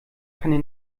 keine